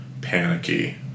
panicky